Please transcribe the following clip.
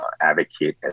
advocate